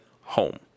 home